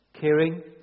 caring